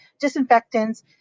disinfectants